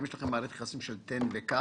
האם יש לכם מערכת יחסים של תן וקח: